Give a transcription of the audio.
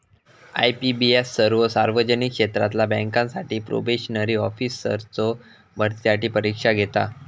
IBPS सर्वो सार्वजनिक क्षेत्रातला बँकांसाठी प्रोबेशनरी ऑफिसर्सचो भरतीसाठी परीक्षा घेता